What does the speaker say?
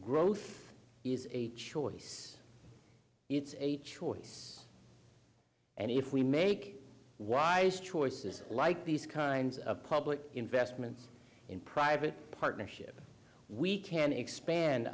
is a choice it's a choice and if we make wise choices like these kinds of public investments in private partnership we can expand